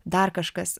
dar kažkas